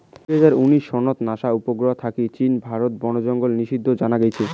দুই হাজার উনিশ সনত নাসা উপগ্রহর ছবি থাকি চীন, ভারত বনজঙ্গল বিদ্ধিত জানা গেইছে